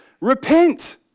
Repent